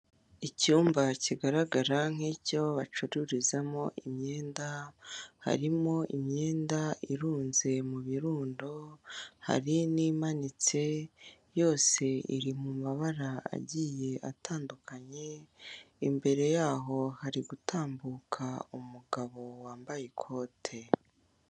Icyumba kigaragara nk'icyo bacururizamo imyenda harimo imyenda irunze mu birundo hari n'imanitse yose iri mu mabara agiye atandukanye, imbere y'aho harigutambuka umugabo wambaye ikote.